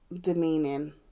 demeaning